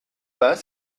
pas